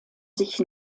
sich